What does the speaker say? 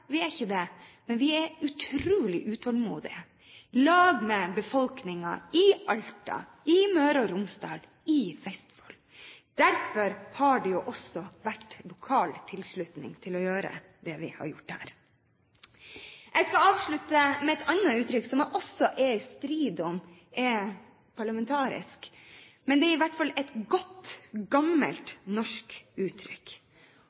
vi er ikke det, men vi er utrolig utålmodige i lag med befolkningen i Alta, i Møre og Romsdal og i Vestfold. Derfor har det jo også vært lokal tilslutning til å gjøre det vi har gjort der. Jeg skal avslutte med et annet uttrykk som jeg også er i tvil om er parlamentarisk, men det er i hvert fall et godt,